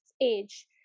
age